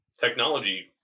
technology